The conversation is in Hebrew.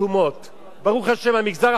ברוך השם, המגזר החרדי פתוח.